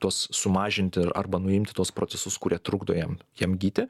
tuos sumažinti arba nuimti tuos procesus kurie trukdo jam jam gyti